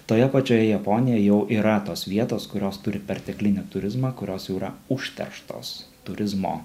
toje pačioje japonijoj jau yra tos vietos kurios turi perteklinį turizmą kurios jau yra užterštos turizmo